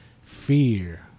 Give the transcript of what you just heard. fear